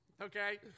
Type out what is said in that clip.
Okay